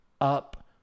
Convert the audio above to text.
up